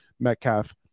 Metcalf